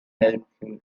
helpful